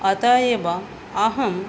अतः एव अहं